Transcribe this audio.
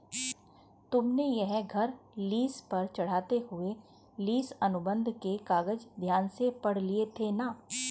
तुमने यह घर लीस पर चढ़ाते हुए लीस अनुबंध के कागज ध्यान से पढ़ लिए थे ना?